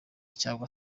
cyangwa